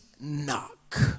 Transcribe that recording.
knock